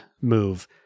move